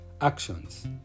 actions